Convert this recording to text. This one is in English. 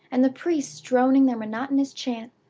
and the priests droning their monotonous chant.